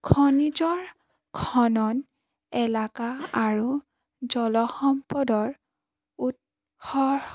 খনিজৰ খনন এলাকা আৰু জলসম্পদৰ উৎস